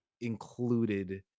included